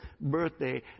birthday